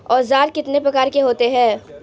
औज़ार कितने प्रकार के होते हैं?